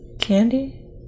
candy